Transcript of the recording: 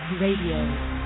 Radio